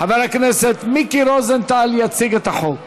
חבר הכנסת מיקי רוזנטל יציג את החוק.